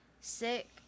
sick